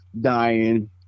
dying